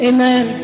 Amen